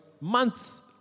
months